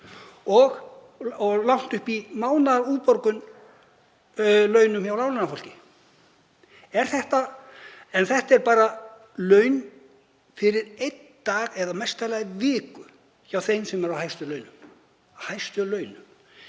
fer langt upp í mánaðarútborgun launa hjá láglaunafólki. En þetta eru bara laun fyrir einn dag eða mesta lagi viku hjá þeim sem eru á hæstu launum. Ef sekt